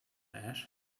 ash